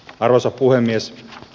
arvoisa puhemies